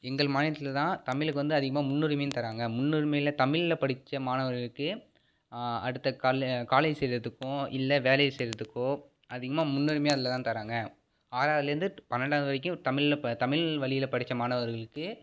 எங்கள் மாநிலத்தில் தான் தமிழுக்கு வந்து அதிகமாக முன்னுரிமைனு தராங்க முன்னுரிமையில் தமிழில் படித்த மாணவர்களுக்கு அடுத்த காலே காலேஜ் சேர்வதுக்கோ இல்லை வேலையை சேர்வதுக்கோ அதிகமாக முன்னுரிமையே அதில்தான் தராங்க ஆறாவதுலேருந்து பன்னெண்டாவது வரைக்கும் தமிழில் ப தமிழ் வழியில் படித்த மாணவர்களுக்கு